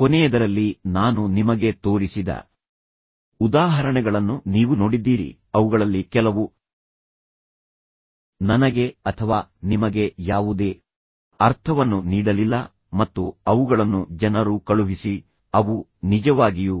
ಕೊನೆಯದರಲ್ಲಿ ನಾನು ನಿಮಗೆ ತೋರಿಸಿದ ಉದಾಹರಣೆಗಳನ್ನು ನೀವು ನೋಡಿದ್ದೀರಿ ಅವುಗಳಲ್ಲಿ ಕೆಲವು ನನಗೆ ಅಥವಾ ನಿಮಗೆ ಯಾವುದೇ ಅರ್ಥವನ್ನು ನೀಡಲಿಲ್ಲ ಮತ್ತು ಅವುಗಳನ್ನು ಜನರು ಕಳುಹಿಸಿ ಅವು ನಿಜವಾಗಿಯೂ